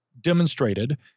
demonstrated